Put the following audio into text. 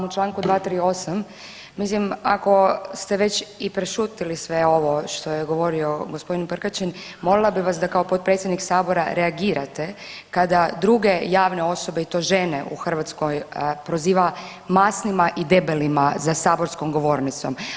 U čl. 238. mislim ako ste već i prešutjeli sve ovo što je govorio g. Prkačin molila bih vas da kao potpredsjednik sabora reagirate kada druge javne osobe i to žene u Hrvatskoj proziva masnima i debelima za saborskom govornicom.